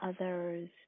others